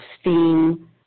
steam